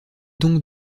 donc